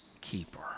keeper